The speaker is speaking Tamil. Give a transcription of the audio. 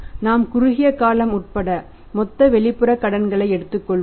நாம் குறுகிய காலம்உட்பட மொத்த வெளிப்புற கடன்களை எடுத்துக்கொள்வோம்